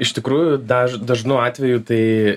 iš tikrųjų daž dažnu atveju tai